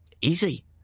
easy